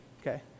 okay